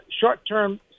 short-term